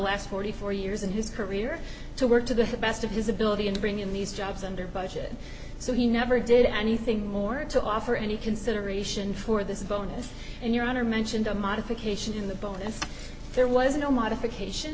last forty four years in his career to work to the best of his ability and bring in these jobs under budget so he never did anything more to offer any consideration for this bonus and your honor mentioned a modification in the bonus there was no modification